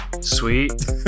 sweet